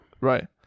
Right